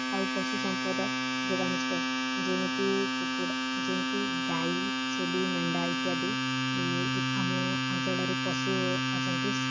ଆଉ ପଶୁ ସମ୍ପଦ ଯୋଗାଣ ଷ୍ଟୋର୍ ଯେମିତି କୁକୁଡ଼ା ଯେମିତି ଗାଈ ଛେଳି ମେଣ୍ଢା ଇତ୍ୟାଦି ଇ ଆମ ଅଞ୍ଚଳରେ ପଶୁ ଅଛନ୍ତି